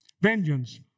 Vengeance